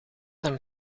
hem